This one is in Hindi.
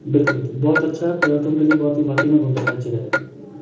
बिल्कुल बहुत अच्छा पर्यटकों के लिए बहुत ही वाकई घूमने लायक जगह है